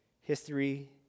history